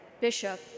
Bishop